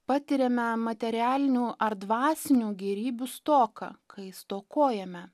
patiriame materialinių ar dvasinių gėrybių stoką kai stokojame